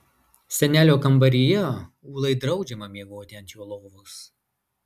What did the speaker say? senelio kambaryje ūlai draudžiama miegoti ant jo lovos